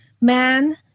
man